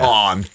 on